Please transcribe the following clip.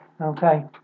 Okay